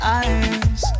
eyes